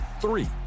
three